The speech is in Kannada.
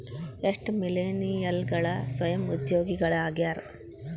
ಎಷ್ಟ ಮಿಲೇನಿಯಲ್ಗಳ ಸ್ವಯಂ ಉದ್ಯೋಗಿಗಳಾಗ್ಯಾರ